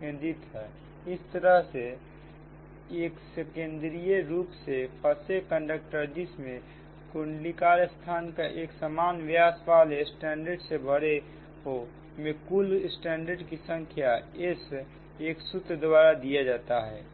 केंद्रित है इस तरह से एक संकेंद्रित रूप से फंसे कंडक्टर जिसमें कुंडलाकार स्थान एक समान व्यास वाले स्ट्रैंड से भरे हो में कुल स्ट्रैंड की संख्या एक सूत्र द्वारा दीया जाता है